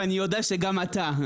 ואני יודע שגם אתה.